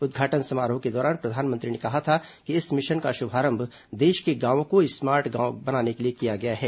उद्घाटन समारोह के दौरान प्रधानमंत्री ने कहा था कि इस मिशन का श्भारंभ देश के गांवों को स्मार्ट गांव बनाने के लिए किया गया है